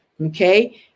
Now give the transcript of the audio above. okay